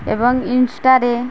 ଏବଂ ଇନ୍ଷ୍ଟା